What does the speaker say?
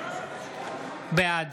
בעד